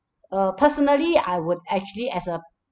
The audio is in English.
uh personally I would actually as a